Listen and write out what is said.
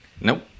Nope